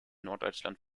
norddeutschland